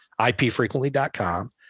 ipfrequently.com